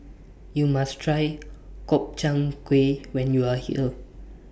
YOU must Try Gobchang Gui when YOU Are here